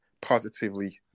positively